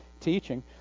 teaching